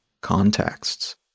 contexts